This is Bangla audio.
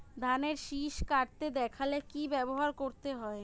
ধানের শিষ কাটতে দেখালে কি ব্যবহার করতে হয়?